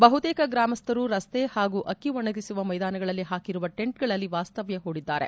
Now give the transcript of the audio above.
ಬಹುತೇಕ ಗ್ರಾಮಸ್ಥರು ರಸ್ತೆ ಹಾಗು ಅಕ್ಕಿ ಒಣಗಿಸುವ ಮೈದಾನಗಳಲ್ಲಿ ಹಾಕಿರುವ ಟೆಂಟ್ಗಳಲ್ಲಿ ವಾಸ್ತವ್ಯ ಹೂಡಿದ್ದಾರೆ